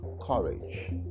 courage